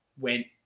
went